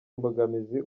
imbogamizi